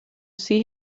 see